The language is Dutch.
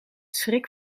schrik